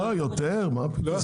לא, יותר, מה פתאום.